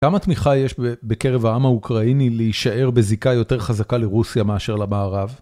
כמה תמיכה יש בקרב העם האוקראיני להישאר בזיקה יותר חזקה לרוסיה מאשר למערב?